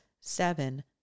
Seven